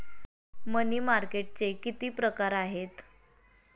मनी मार्केटचे किती प्रकार आहेत?